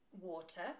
water